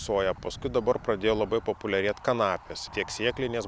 soja paskui dabar pradėjo labai populiarėt kanapės tiek sėklinės